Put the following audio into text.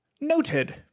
Noted